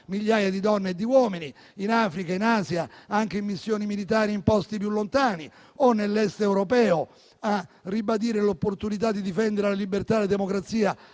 migliaia di donne e di uomini, in Africa e in Asia, anche in missioni militari in posti più lontani o nell'Est europeo, a ribadire l'opportunità di difendere la libertà e la democrazia